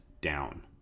down